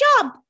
job